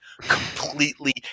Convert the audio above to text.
completely